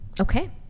Okay